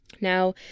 Now